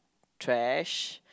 trash